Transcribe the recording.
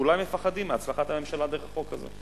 ואולי הם מפחדים מהצלחת הממשלה דרך החוק הזה.